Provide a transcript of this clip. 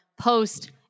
post